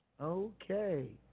Okay